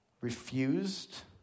refused